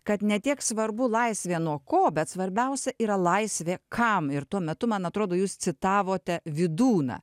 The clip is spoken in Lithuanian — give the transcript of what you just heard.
kad ne tiek svarbu laisvė nuo ko bet svarbiausia yra laisvė kam ir tuo metu man atrodo jūs citavote vydūną